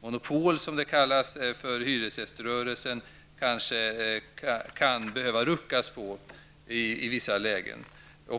Monopolet för hyresgäströrelsen, som det kallas, kan behöva ruckas i vissa lägen.